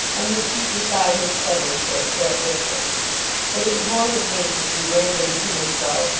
and would keep beside her steadily for a short distance but it was more his nature to be rambling to and fro,